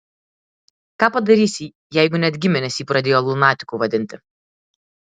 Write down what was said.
ką padarysi jeigu net giminės jį pradėjo lunatiku vadinti